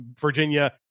Virginia